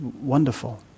wonderful